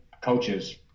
coaches